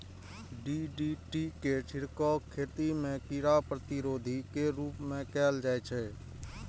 DDT के छिड़काव खेती मे कीड़ा प्रतिरोधी के रूप मे कैल जाइ छै